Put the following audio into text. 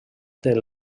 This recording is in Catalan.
del